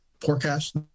forecast